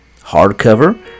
hardcover